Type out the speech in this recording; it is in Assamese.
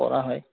কৰা হয়